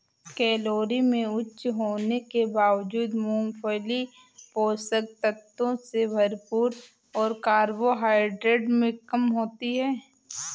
calorie में उच्च होने के बावजूद, मूंगफली पोषक तत्वों से भरपूर और कार्बोहाइड्रेट में कम होती है